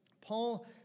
Paul